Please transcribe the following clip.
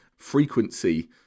frequency